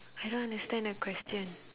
I don't understand the question